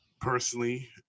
personally